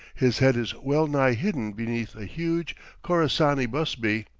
his head is well-nigh hidden beneath a huge khorassani busby,